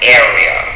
area